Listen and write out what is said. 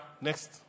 next